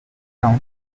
town